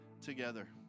together